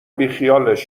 بیخیالش